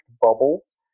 bubbles